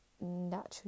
Naturally